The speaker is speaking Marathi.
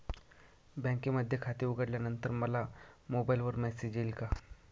बँकेमध्ये खाते उघडल्यानंतर मला मोबाईलवर मेसेज येईल का?